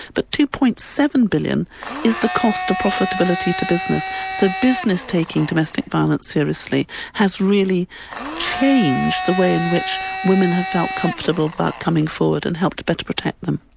but two. seven billion is the cost of profitability to business. so business taking domestic violence seriously has really changed the way in which women have felt comfortable about coming forward and helped to better protect them.